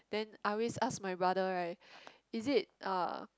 then always ask my brother right is it uh